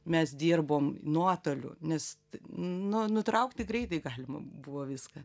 mes dirbome nuotoliu nes nuo nutraukti greitai galima buvo viską